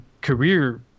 career